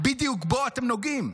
בדיוק בו אתם נוגעים.